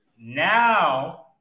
Now